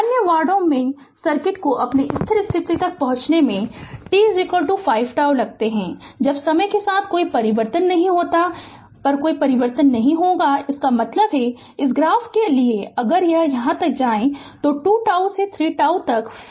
अन्य वार्डों में सर्किट को अपनी स्थिर स्थिति तक पहुंचने में t 5 τ लगता है जब समय के साथ कोई परिवर्तन नहीं होने पर कोई परिवर्तन नहीं होता है इसका मतलब है कि इस ग्राफ के लिए अगर यह यहाँ तक जाएं तो 2 τ से 3 τ तक 5 तक